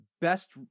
best